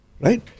Right